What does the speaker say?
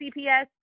CPS